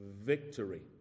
Victory